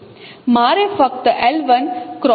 મારે ફક્ત l 1 X l 2